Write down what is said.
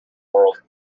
world